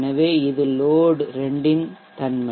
எனவே இது லோட் 2 இன் தன்மை